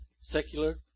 secular